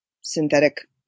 synthetic